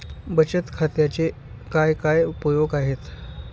बचत खात्याचे काय काय उपयोग आहेत?